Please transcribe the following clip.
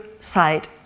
side